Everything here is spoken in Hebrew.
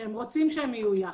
הם רוצים שהם יהיו יחד.